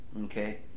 Okay